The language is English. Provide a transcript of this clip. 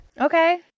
Okay